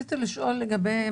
רציתי לשאול.